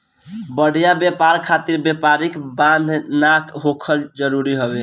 बढ़िया व्यापार खातिर व्यापारिक बाधा ना होखल जरुरी हवे